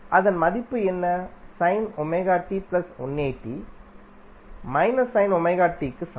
அதன் மதிப்பு என்ன க்குச் சமம்